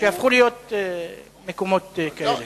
שהפכו להיות מקומות כאלה.